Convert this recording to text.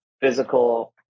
physical